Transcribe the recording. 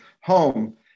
home